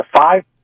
five